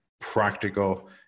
practical